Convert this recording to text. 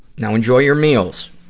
now enjoy your meals.